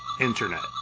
internet